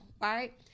right